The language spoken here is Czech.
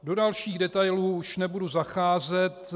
Do dalších detailů už nebudu zacházet.